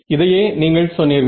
இதையே நீங்கள் சொன்னீர்கள்